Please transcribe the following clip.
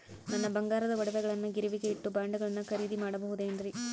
ನನ್ನ ಬಂಗಾರದ ಒಡವೆಗಳನ್ನ ಗಿರಿವಿಗೆ ಇಟ್ಟು ಬಾಂಡುಗಳನ್ನ ಖರೇದಿ ಮಾಡಬಹುದೇನ್ರಿ?